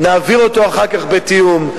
נעביר אותו, אחר כך, בתיאום.